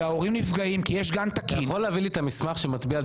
אתה יכול להעביר לי את המסמך שמצביע על